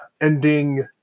ending